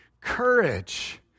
courage